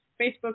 Facebook